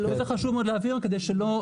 חשוב להבין את זה.